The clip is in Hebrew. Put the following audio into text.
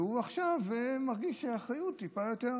והוא עכשיו מרגיש אחריות טיפה יותר.